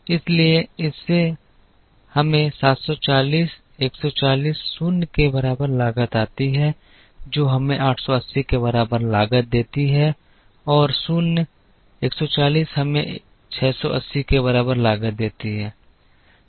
इसलिए इससे हमें 740 140 0 के बराबर लागत आती है जो हमें 880 के बराबर लागत देती है और 0 140 हमें 680 के बराबर लागत देती है